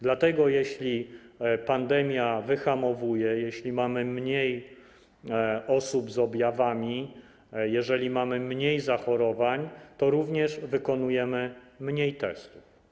Dlatego jeśli pandemia wyhamowuje, jeśli mamy mniej osób z objawami, jeżeli mamy mniej zachorowań, to również wykonujemy mniej testów.